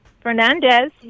Fernandez